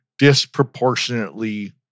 disproportionately